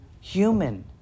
human